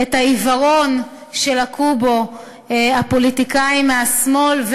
את העיוורון שלקו בו הפוליטיקאים מהשמאל,